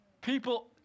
People